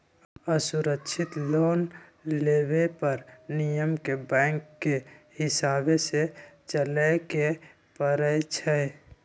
असुरक्षित लोन लेबे पर नियम के बैंकके हिसाबे से चलेए के परइ छै